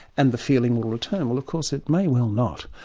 and the feeling will return. well of course it may well not.